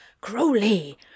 Crowley